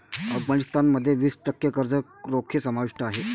अफगाणिस्तान मध्ये वीस टक्के कर्ज रोखे समाविष्ट आहेत